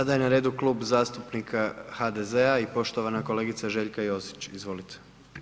Sada je na redu Kluba zastupnika HDZ-a i poštovana kolegica Željka Josić, izvolite.